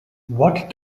what